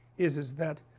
is is that